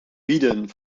bieden